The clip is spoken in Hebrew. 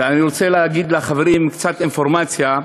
ואני רוצה להביא לחברים קצת אינפורמציה.